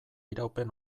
iraupen